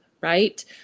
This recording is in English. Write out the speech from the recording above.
right